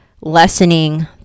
lessening